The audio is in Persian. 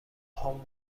هام